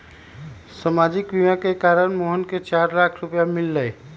सामाजिक बीमा के कारण मोहन के चार लाख रूपए मिल लय